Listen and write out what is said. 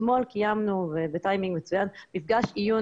אתמול קיימנו ובטיימינג מצוין מפגש עיון